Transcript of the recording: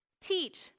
teach